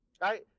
right